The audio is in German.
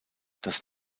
das